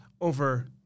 over